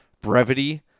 brevity